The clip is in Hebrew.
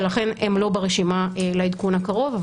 ולכן הן לא ברשימה לעדכון הקרוב.